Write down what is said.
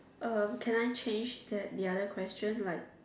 uh can I change that the other question like